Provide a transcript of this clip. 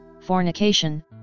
fornication